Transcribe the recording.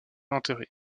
enterré